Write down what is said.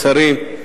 השרים,